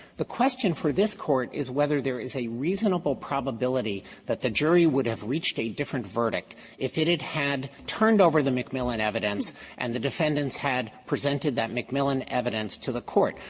the question for this court is whether there is a reasonable probability that the jury would have reached a different verdict if it had had turned over the mcmillan evidence and the defendants had presented that mcmillan evidence to the court.